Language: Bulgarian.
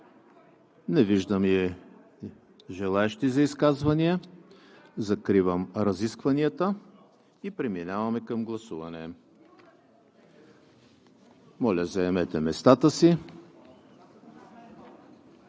Не виждам и желаещи за изказвания. Закривам разискванията и преминаваме към гласуване. Моля, заемете местата си.